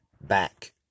back